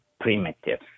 primitive